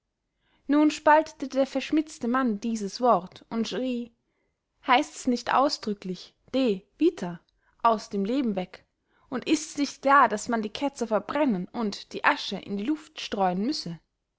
nun spaltete der verschmitzte mann dieses wort und schrie heißt es nicht ausdrücklich de vita aus dem leben weg und ists nicht klar daß man die ketzer verbrennen und die asche in die luft streuen müsse